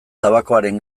tabakoaren